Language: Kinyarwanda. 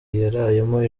yarayemo